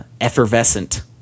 effervescent